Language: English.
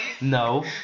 No